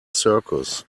circus